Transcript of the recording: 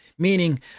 Meaning